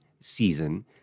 season